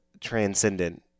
transcendent